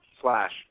Slash